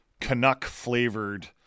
Canuck-flavored